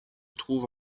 trouve